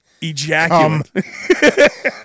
ejaculate